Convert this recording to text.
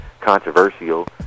controversial